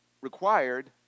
required